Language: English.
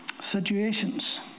Situations